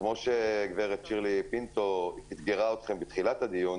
וכמו שגב' שירלי פינטו איתגרה אתכם בתחילת הדיון,